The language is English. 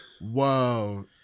Whoa